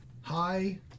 hi